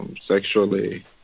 sexually